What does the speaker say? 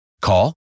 Call